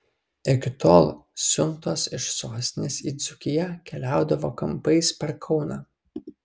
iki tol siuntos iš sostinės į dzūkiją keliaudavo kampais per kauną